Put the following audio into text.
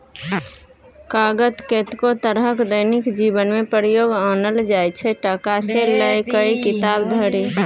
कागत कतेको तरहक दैनिक जीबनमे प्रयोग आनल जाइ छै टका सँ लए कए किताब धरि